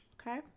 Okay